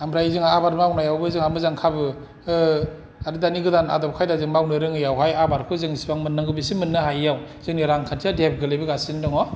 ओमफ्राय जोंहा आबाद मावनायावबो जोंहा मोजां खाबु दानि गोदान आदब खायदा जों मावनो रोङिआव हाय आबादखौ जों इसिबां मोन्नांगौ बिसिम मोननो हायैआव जोंनि रां खान्थिया गोलैबोगासिनो दंङ